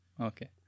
Okay